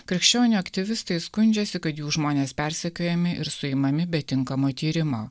krikščionių aktyvistai skundžiasi kad jų žmonės persekiojami ir suimami be tinkamo tyrimo